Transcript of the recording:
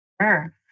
Sure